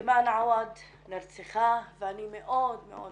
אימאן עווד נרצחה, ואני מאוד מאוד מקווה,